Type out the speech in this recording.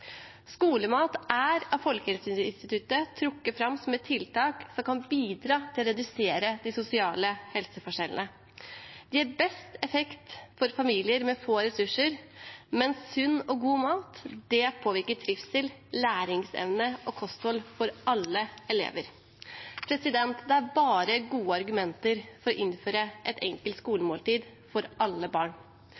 Skolemat er av Folkehelseinstituttet trukket fram som et tiltak som kan bidra til å redusere de sosiale helseforskjellene. Det gir best effekt for familier med få ressurser, men sunn og god mat påvirker trivsel, læringsevne og kosthold for alle elever. Det er bare gode argumenter for å innføre et enkelt